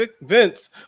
Vince